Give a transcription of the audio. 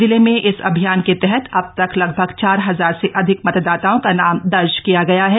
जिले में इस अभियान के तहत अब तक लगभग चार हजार से अधिक मतदाताओं का नाम दर्ज किया गया है